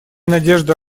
надежда